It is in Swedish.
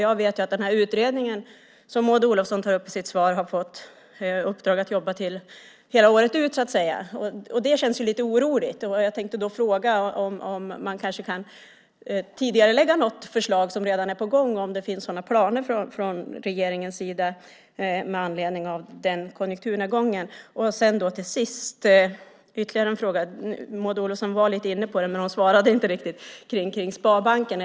Jag vet att den utredning som Maud Olofsson tar upp i sitt svar har fått i uppdrag att jobba hela året ut. Det känns lite oroligt. Jag vill därför fråga om man kanske kan tidigarelägga något förslag som redan är på gång. Finns det några sådana planer från regeringens sida med anledning av konjunkturnedgången? Till sist vill jag ta upp ytterligare en fråga, den om Sparbanken. Maud Olofsson var lite inne på den men svarade inte riktigt.